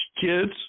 kids